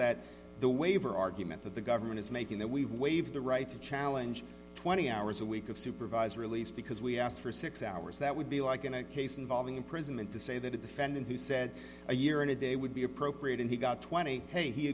that the waiver argument that the government is making that we waive the right to challenge twenty hours a week of supervised release because we asked for six hours that would be like in a case involving imprisonment to say that a defendant who said a year and a day would be appropriate and he got twenty